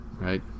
right